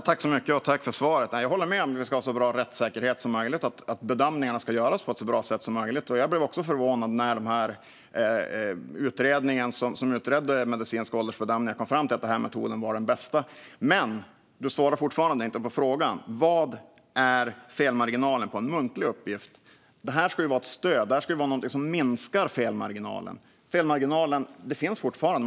Fru talman! Jag tackar för svaret. Jag håller med om att vi ska ha en så bra rättssäkerhet som möjligt och att bedömningarna ska göras på ett så bra sätt som möjligt. Jag blev också förvånad när den utredning som tittade på de medicinska åldersbedömningarna kom fram till att denna metod var den bästa. Men du svarar fortfarande inte på frågan: Vilken är felmarginalen för en muntlig uppgift? Detta ska vara ett stöd, något som minskar felmarginalen. Det finns fortfarande en felmarginal.